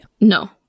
No